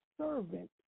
servant